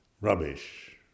rubbish